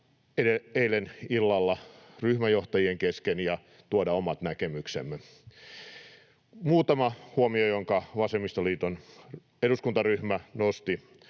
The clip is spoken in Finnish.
eilen illalla ryhmänjohtajien kesken ja tuoda omat näkemyksemme. Muutama huomio, jotka vasemmistoliiton eduskuntaryhmä nosti